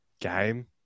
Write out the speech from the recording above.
game